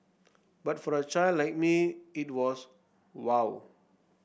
but for a child like me it was wow